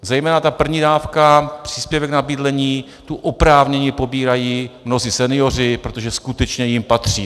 Zejména ta první dávka, příspěvek na bydlení, tu oprávněně pobírají mnozí senioři, protože jim skutečně patří.